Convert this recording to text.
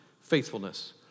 faithfulness